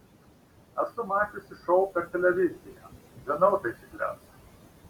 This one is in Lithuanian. esu mačiusi šou per televiziją žinau taisykles